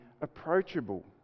approachable